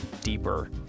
deeper